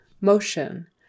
Motion